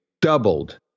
doubled